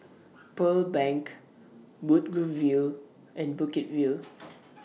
Pearl Bank Woodgrove View and Bukit View